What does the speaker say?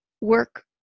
work